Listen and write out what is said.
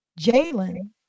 Jalen